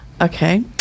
Okay